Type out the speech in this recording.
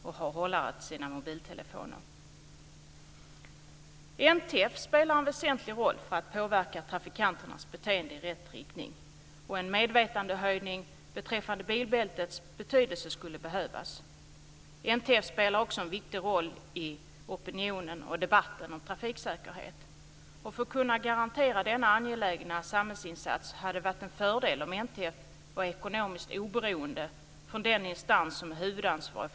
Det är t.o.m. så ofta att jag själv som tycker att den fysiska miljön är så betydelsefull undrar: Nog måste det finnas andra skäl. Här skulle jag lite grann vilja ifrågasätta hur dödsfallsundersökningarna egentligen ser ut. En annan olycksform som vi behöver titta särskilt på är de olyckor som sker där tunga fordon är inblandade.